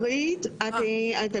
מבית